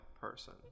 person